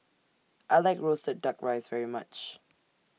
I like Roasted Duck Rice very much